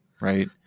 Right